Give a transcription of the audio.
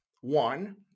One